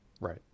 Right